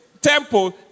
temple